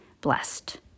blessed